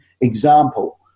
example